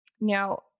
now